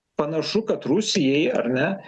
panašu kad rusijai ar ne